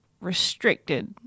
restricted